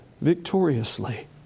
victoriously